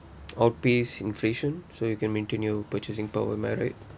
outpace inflation so you can maintain your purchasing power am I right